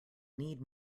need